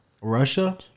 Russia